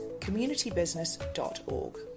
communitybusiness.org